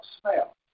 smell